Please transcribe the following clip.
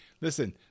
Listen